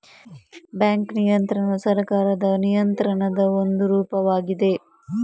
bank ನಿಯಂತ್ರಣವು ಸರ್ಕಾರದ ನಿಯಂತ್ರಣದ ಒಂದು ರೂಪವಾಗಿದೆ